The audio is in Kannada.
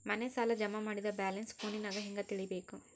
ಮನೆ ಸಾಲ ಜಮಾ ಮಾಡಿದ ಬ್ಯಾಲೆನ್ಸ್ ಫೋನಿನಾಗ ಹೆಂಗ ತಿಳೇಬೇಕು?